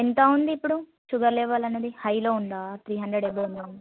ఎంత ఉంది ఇప్పుడు షూగర్ లెవల్ అన్నది హైలో ఉందా త్రీ హాండ్రెడ్ ఏబో ఉందా